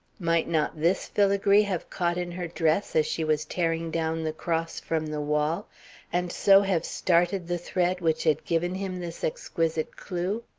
might not this filagree have caught in her dress as she was tearing down the cross from the wall and so have started the thread which had given him this exquisite clew?